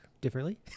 differently